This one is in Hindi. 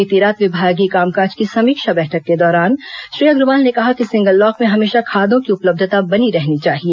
बीती रात विभागीय कामकाज की समीक्षा बैठक के दौरान श्री अग्रवाल ने कहा कि सिंगल लॉक में हमेशा खादों की उपलब्धता बनी रहनी चाहिए